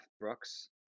Brooks